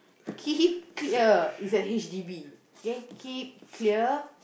keep clear is a H_D_B there keep clear